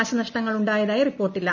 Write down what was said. നാശനഷ്ടങ്ങളുണ്ടായതായി റിപ്പോർട്ടില്ല